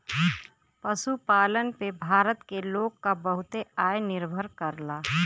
पशुपालन पे भारत के लोग क बहुते आय निर्भर करला